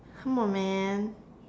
come on man